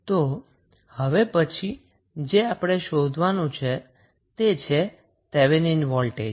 તો હવે પછી જે આપણે શોધવાનું છે તે છે થેવેનિન વોલ્ટેજ